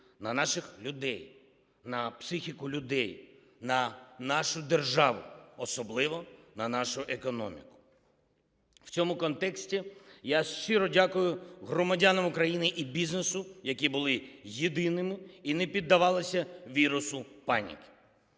на наших людей, на психіку людей, на нашу державу, особливо на нашу економіку. В цьому контексті я щиро дякую громадянам України і бізнесу, які були єдиними і не піддавалися вірусу паніки.